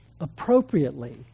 appropriately